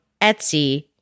Etsy